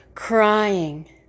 crying